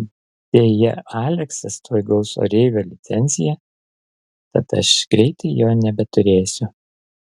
deja aleksas tuoj gaus oreivio licenciją tad aš greitai jo nebeturėsiu